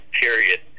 period